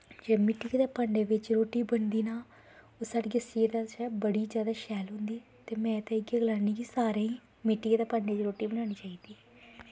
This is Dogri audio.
जे मिट्टियै दे भांडे बिच्च रोटी बनदी न ओह् साढ़ियै सेह्त आस्तै बड़ी जादा शैल होंदी ते में ते इयै गलानी कि सारें गी मिट्टियै दे भांडै च रोटी बनाना चाहिदी